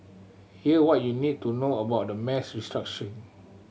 here what you need to know about the mass restructuring